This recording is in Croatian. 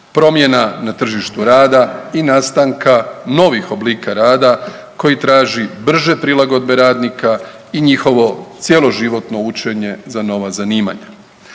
promjena na tržištu rada i nastanka novih oblika koji traži brže prilagodbe radnika i njihovo cjeloživotno učenje za nova zanimanja.